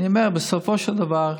אני אומר, בסופו של דבר,